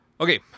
Okay